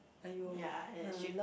!aiyo! ah